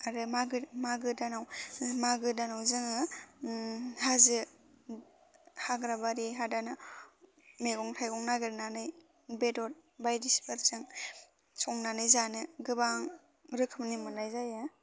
आरो मागो मागो दानाव मागो दानाव जोङो हाजो हाग्रा बारि हादानाव मेगं थाइगं नागेरनानै बेदर बायदिफोरजों संनानै जानो गोबां रोखोमनि मोन्नाय जायो